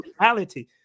reality